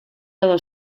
other